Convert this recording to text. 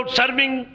serving